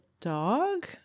dog